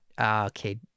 okay